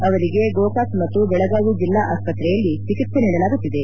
ಅವರಿಗೆ ಗೋಕಾಕ್ ಮತ್ತು ಬೆಳಗಾವಿ ಜಿಲ್ಲಾ ಆಸ್ಪತ್ರೆಯಲ್ಲಿ ಚಿಕಿತ್ಸ ನೀಡಲಾಗುತ್ತಿದೆ